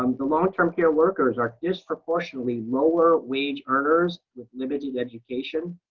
um the long-term care workers are disproportionately lower wage earners with limited education.